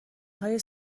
های